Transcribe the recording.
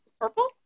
Purple